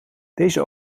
deze